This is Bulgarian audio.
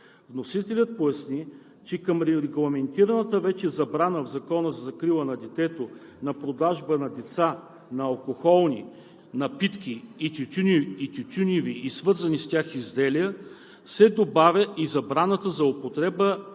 Вносителят поясни, че към регламентираната вече забрана в Закона за закрила на детето за продажба на деца на алкохолни напитки и тютюневи и свързаните с тях изделия се добавя и забраната за употреба